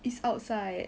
is outside